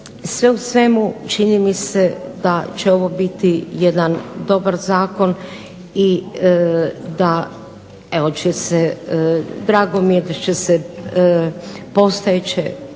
Sve u svemu čini mi se da će ovo biti jedan dobar zakon i da evo će se, drago mi je da će se postojeće